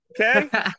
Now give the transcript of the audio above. okay